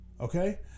Okay